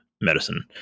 medicine